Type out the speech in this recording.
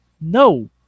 no